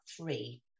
three